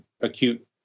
acute